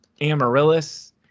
Amaryllis